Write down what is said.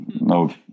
no